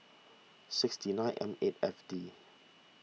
sixty nine M eight F D